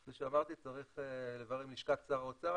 כמו שאמרתי, צריך לברר עם לשכת שר האוצר.